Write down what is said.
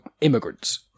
immigrants